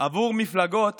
עבור מפלגות